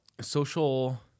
social